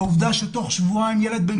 אבל העובדה היא שבתוך שבועיים ילד בן